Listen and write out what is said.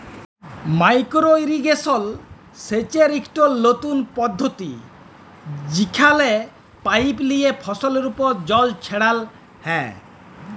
micro irrigation সেচের ইকট লতুল পদ্ধতি যেখালে পাইপ লিয়ে ফসলের উপর জল ছড়াল হ্যয়